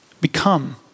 become